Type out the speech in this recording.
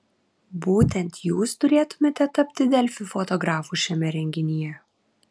būtent jūs turėtumėte tapti delfi fotografu šiame renginyje